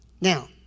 Now